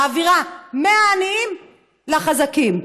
מעבירה מהעניים לחזקים.